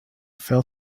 fell